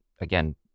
again